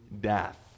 death